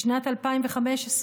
בשנת 2015,